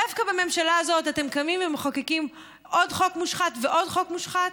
דווקא בממשלה הזאת אתם קמים ומחוקקים עוד חוק מושחת ועוד חוק מושחת?